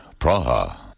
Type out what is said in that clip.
Praha